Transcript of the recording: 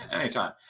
anytime